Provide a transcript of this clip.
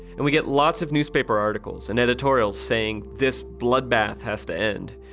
and we get lots of newspaper articles and editorials saying, this bloodbath has to end.